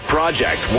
Project